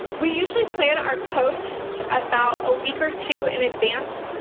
we usually plan our posts about a week or two in advance,